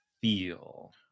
feel